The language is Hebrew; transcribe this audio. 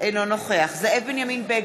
אינו נוכח זאב בנימין בגין,